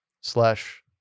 slash